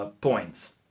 points